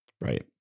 Right